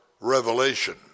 Revelation